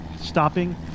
stopping